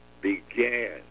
began